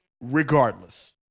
regardless